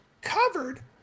covered